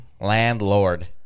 Landlord